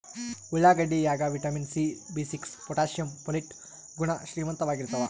ಉಳ್ಳಾಗಡ್ಡಿ ಯಾಗ vitamin C B six potassium folate ಗುಣ ಶ್ರೀಮಂತವಾಗಿರ್ತಾವ